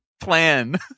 plan